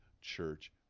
church